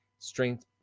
strength